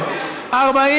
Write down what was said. מי בעד?